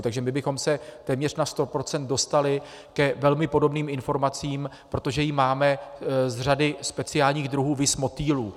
Takže my bychom se téměř na sto procent dostali k velmi podobným informacím, protože ji máme z řady speciálních druhů, viz motýlů.